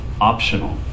optional